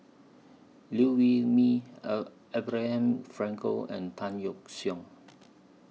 Liew Wee Mee A Abraham Frankel and Tan Yeok Seong